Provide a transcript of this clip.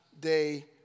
day